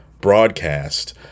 broadcast